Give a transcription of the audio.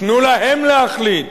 תנו להם להחליט.